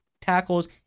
tackles